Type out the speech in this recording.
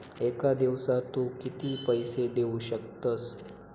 एका दिवसात तू किती पैसे देऊ शकतस?